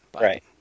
Right